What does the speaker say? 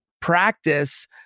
practice